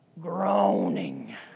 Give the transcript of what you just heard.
Groaning